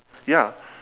ya